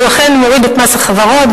והוא אכן מוריד את מס החברות,